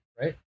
right